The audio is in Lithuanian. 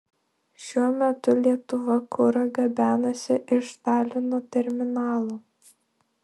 šiuo metu lietuva kurą gabenasi iš talino terminalo